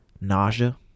Nausea